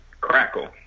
crackle